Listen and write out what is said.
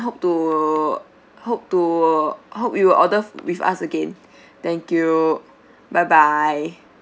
hope to hope to hope you will order with us again thank you bye bye